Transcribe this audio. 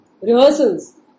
rehearsals